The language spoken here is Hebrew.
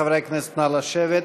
חברי הכנסת, נא לשבת.